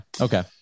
Okay